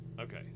Okay